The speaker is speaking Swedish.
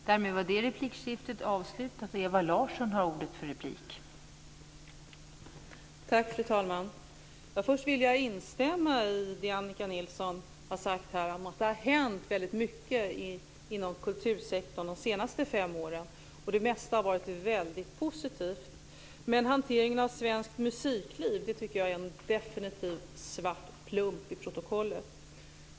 Fru talman! Först vill jag instämma i det Annika Nilsson har sagt här. Det har hänt väldigt mycket inom kultursektorn de senaste fem åren, och det mesta har varit väldigt positivt. Men hanteringen av svenskt musikliv är definitivt en svart plump i protokollet.